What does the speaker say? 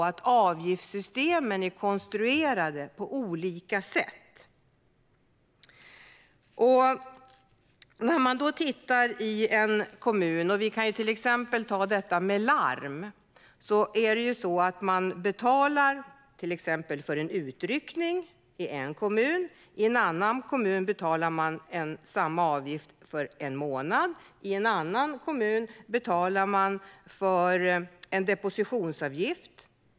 Avgiftssystemen är konstruerade på olika sätt. Låt oss titta på hur det fungerar för larm. I en kommun betalar man per utryckning. I en annan kommun betalar man en avgift per månad. I ytterligare en annan kommun betalar man en depositionsavgift.